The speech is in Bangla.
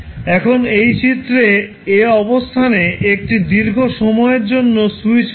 এখন এই চিত্রে a অবস্থানে একটি দীর্ঘ সময়ের জন্য স্যুইচ আছে